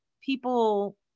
people